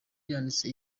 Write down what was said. yanditse